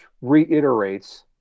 reiterates